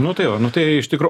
nu tai va nu tai iš tikro